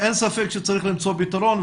אין ספק שצריך למצוא פתרון.